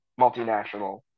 multinational